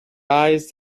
eyes